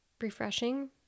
refreshing